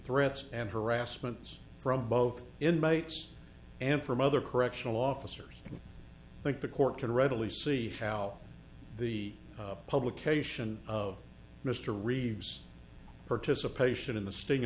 threats and harassment from both inmates and from other correctional officers think the court can readily see how the publication of mr reeves participation in the sting